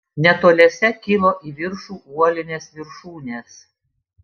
netoliese kilo į viršų uolinės viršūnės